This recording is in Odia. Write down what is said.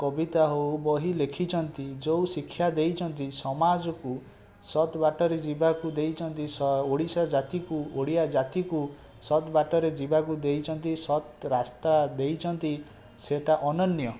କବିତା ହେଉ ବହି ଲେଖିଛନ୍ତି ଯେଉଁ ଶିକ୍ଷା ଦେଇଛନ୍ତି ସମାଜକୁ ସତ୍ ବାଟରେ ଯିବାକୁ ଦେଇଛନ୍ତି ଓଡ଼ିଶା ଜାତିକୁ ଓଡ଼ିଆ ଜାତିକୁ ସତ୍ ବାଟରେ ଯିବାକୁ ଦେଇଛନ୍ତି ସତ୍ ରାସ୍ତା ଦେଇଛନ୍ତି ସେଇଟା ଅନନ୍ୟ